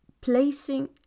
placing